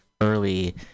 early